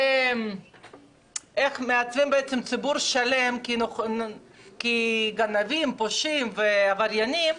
ואיך מעצבים ציבור שלם כגנבים, פושעים ועבריינים.